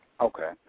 Okay